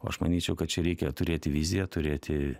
o aš manyčiau kad čia reikia turėti viziją turėti